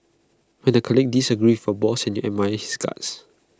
when the colleague disagrees for boss and you admire his guts